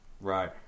right